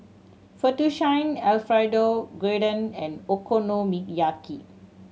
Fettuccine Alfredo Gyudon and Okonomiyaki